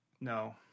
No